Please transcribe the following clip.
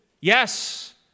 Yes